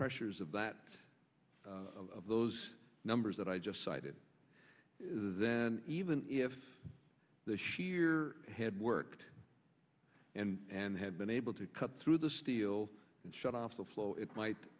pressures of that of those numbers that i just cited then even if the sheer had worked and had been able to cut through the steel and shut off the flow it might